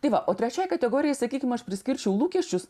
tai va o trečiai kategorijai sakykim aš priskirčiau lūkesčius